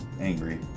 angry